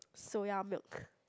soya milk